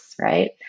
right